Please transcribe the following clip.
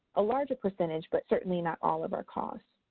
a larger percentage but certainly not all of our costs.